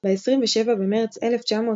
ב-27 במרץ 1933